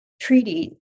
treaty